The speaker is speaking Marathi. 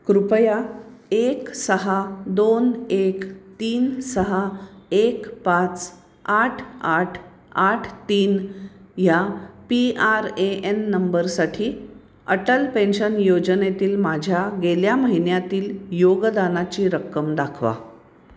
कृपया एक सहा दोन एक तीन सहा एक पाच आठ आठ आठ तीन या पी आर ए एन नंबरसाठी अटल पेन्शन योजनेतील माझ्या गेल्या महिन्यातील योगदानाची रक्कम दाखवा